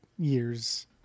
years